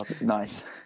Nice